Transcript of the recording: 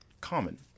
common